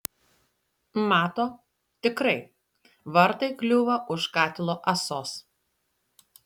mato tikrai vartai kliūva už katilo ąsos